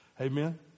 Amen